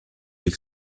elle